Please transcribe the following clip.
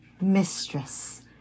mistress